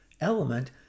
element